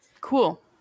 Cool